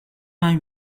vingt